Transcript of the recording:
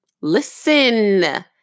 listen